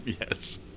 Yes